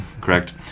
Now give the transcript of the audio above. correct